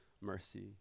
mercy